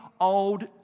Old